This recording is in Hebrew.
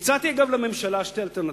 אגב, הצעתי לממשלה שתי אלטרנטיבות.